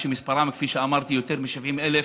שמספרם כפי שאמרתי הוא יותר מ-70,000,